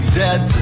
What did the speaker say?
dead